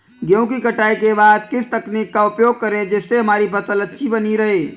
गेहूँ की कटाई के बाद किस तकनीक का उपयोग करें जिससे हमारी फसल अच्छी बनी रहे?